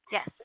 Yes